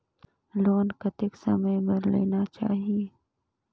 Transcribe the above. Loan कतेक समय बर लेना चाही?